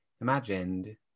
imagined